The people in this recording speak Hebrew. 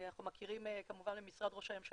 אנחנו מכירים כמובן ממשרד רוה"מ,